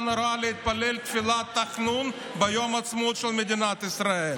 הוראה להתפלל תפילת תחנון ביום העצמאות של מדינת ישראל,